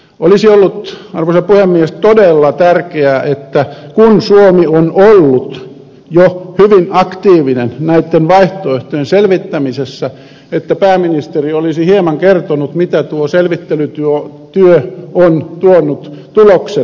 olisi ollut todella tärkeää että kun suomi on ollut jo hyvin aktiivinen näitten vaihtoehtojen selvittämisessä pääministeri olisi hieman kertonut mitä tuo selvittelytyö on tuonut tuloksenaan